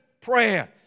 prayer